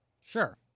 Sure